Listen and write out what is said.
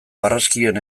barraskiloen